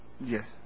yes